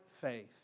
faith